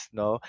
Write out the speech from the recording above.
no